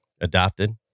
adopted